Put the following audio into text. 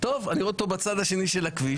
אני רואה אותו בצד השני של הכביש.